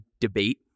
debate